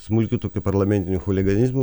smulkiu tokiu parlamentiniu chuliganizmu